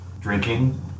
drinking